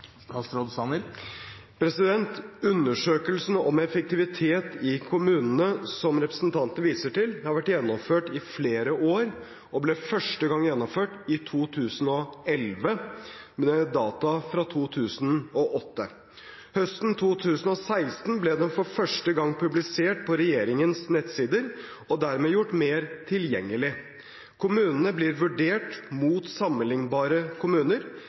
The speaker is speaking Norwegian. Undersøkelsen om effektivitet i kommunene som representanten Henriksen viser til, har vært gjennomført i flere år og ble første gang gjennomført i 2011, med data fra 2008. Høsten 2016 ble den for første gang publisert på regjeringens nettsider og dermed gjort mer tilgjengelig. Kommunene blir vurdert mot sammenlignbare kommuner.